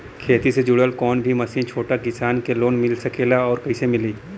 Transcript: खेती से जुड़ल कौन भी मशीन छोटा किसान के लोन मिल सकेला और कइसे मिली?